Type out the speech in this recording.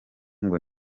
ngo